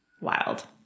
Wild